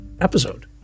episode